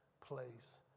place